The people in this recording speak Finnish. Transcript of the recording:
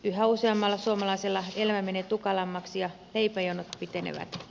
yhä useammalla suomalaisella elämä menee tukalammaksi ja leipäjonot pitenevät